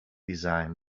design